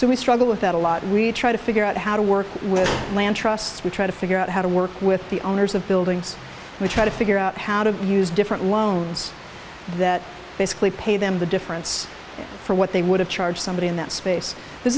so we struggle with that a lot really try to figure out how to work with land trusts we try to figure out how to work with the owners of buildings we try to figure out how to use different loans that basically pay them the difference for what they would have to charge somebody in that space this